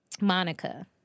Monica